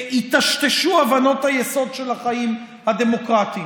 היטשטשו הבנות היסוד של החיים הדמוקרטיים.